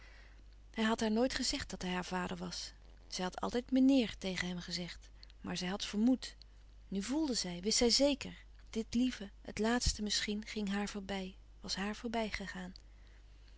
hij had haar nooit gezegd dat hij haar vader was zij had altijd meneer tegen hem gezegd maar zij had vermoed nu voelde zij wist zij zeker dit lieve het laatste misschien ging haar voorbij was haar voorbijgegaan